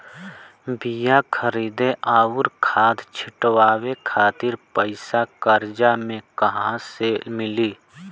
बीया खरीदे आउर खाद छिटवावे खातिर पईसा कर्जा मे कहाँसे मिली?